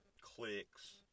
clicks